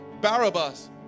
Barabbas